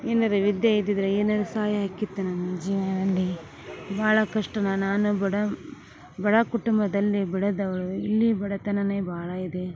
ಏನಾರ ವಿದ್ಯ ಇದ್ದಿದ್ದರೆ ಏನಾರು ಸಆಯ ಆಕ್ಕಿತ್ತು ನನ್ ಜೀವನದಲ್ಲಿ ಭಾಳ ಕಷ್ಟ ನಾನು ಬಡ ಬಡ ಕುಟುಂಬದಲ್ಲಿ ಬೆಳೆದವಳು ಇಲ್ಲಿ ಬಡತನನೇ ಭಾಳ ಇದೆ